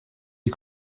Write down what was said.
est